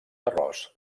arròs